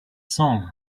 song